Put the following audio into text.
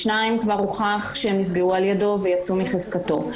לגבי שניים כבר הוכח שהם נפגעו על-ידו ולכן יצאו מחזקתו.